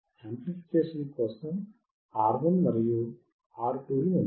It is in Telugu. యాంప్లిఫికేషన్ కోసం R1 మరియు R2 ఉన్నాయి